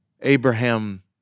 Abraham